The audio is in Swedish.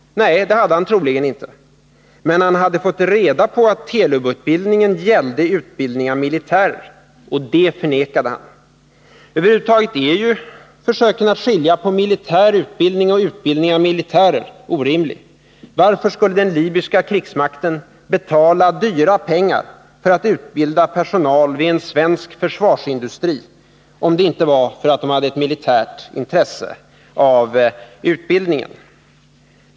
Nej, det hade han troligen inte fått. Men han hade fått reda på att Telub-utbildningen gällde utbildning av militärer — och det förnekade han. Över huvud taget är försöken att skilja på militär utbildning och utbildning av militärer orimliga. Varför skulle den libyska krigsmakten betala dyra pengar för att utbilda personal vid en svensk försvarsindustri, om det inte var för att den hade ett militärt intresse av utbildningen?